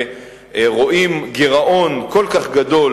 ורואים גירעון כל כך גדול